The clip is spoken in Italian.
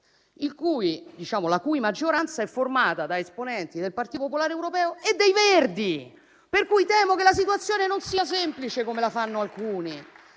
la cui maggioranza è formata da esponenti del Partito popolare europeo e dei Verdi. Temo, quindi, che la situazione non sia semplice come invece la fanno alcuni